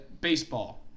baseball